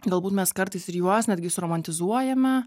galbūt mes kartais ir juos netgi suromantizuojame